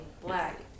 Black